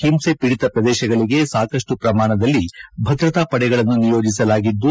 ಹಿಂಸೆಪೀಡಿತ ಪ್ರದೇಶಗಳಿಗೆ ಸಾಕಷ್ಟು ಪ್ರಮಾಣದಲ್ಲಿ ಭದ್ರತಾ ಪಡೆಗಳನ್ನು ನಿಯೋಜಿಸಲಾಗಿದ್ದು